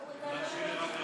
תרשי לי רק לרדת.